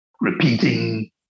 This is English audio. repeating